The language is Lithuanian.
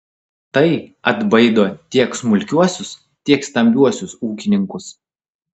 tai atbaido tiek smulkiuosius tiek stambiuosius ūkininkus